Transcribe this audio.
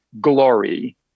glory